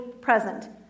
present